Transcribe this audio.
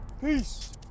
peace